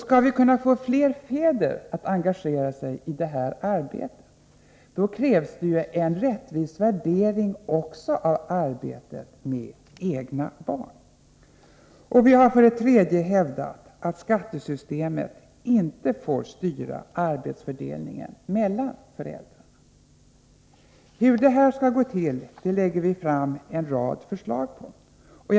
Skall vi kunna få fler fäder att engagera sig i det här arbetet, krävs det en rättvis värdering även av arbetet med egna barn. Vidare har vi hävdat att skattesystemet inte får styra arbetsfördelningen mellan föräldrarna. Hur det här skall gå till framgår av en rad förslag som vi lägger fram.